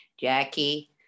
Jackie